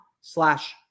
slash